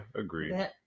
agreed